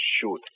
shoot